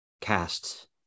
cast